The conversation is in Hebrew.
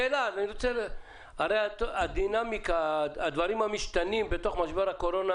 הרי הדינמיקה, הדברים המשתנים במשבר הקורונה,